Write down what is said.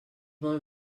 vol